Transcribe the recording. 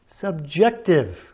subjective